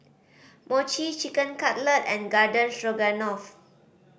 Mochi Chicken Cutlet and Garden Stroganoff